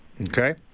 Okay